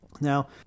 Now